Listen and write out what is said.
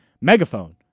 Megaphone